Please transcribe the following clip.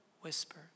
whisper